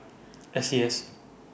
S C S